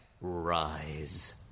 rise